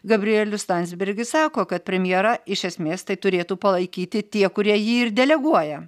gabrielius landsbergis sako kad premjerą iš esmės tai turėtų palaikyti tie kurie jį ir deleguoja